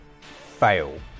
fail